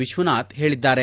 ವಿಶ್ವನಾಥ್ ಹೇಳಿದ್ದಾರೆ